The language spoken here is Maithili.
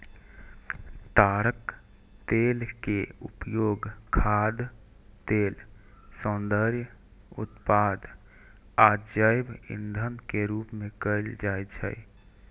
ताड़क तेल के उपयोग खाद्य तेल, सौंदर्य उत्पाद आ जैव ईंधन के रूप मे कैल जाइ छै